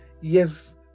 yes